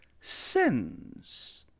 sins